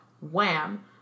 Wham